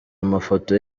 amafoto